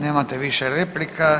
Nemate više replika?